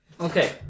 Okay